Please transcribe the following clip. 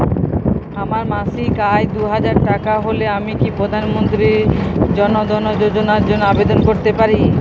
আমার মাসিক আয় দুহাজার টাকা হলে আমি কি প্রধান মন্ত্রী জন ধন যোজনার জন্য আবেদন করতে পারি?